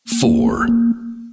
Four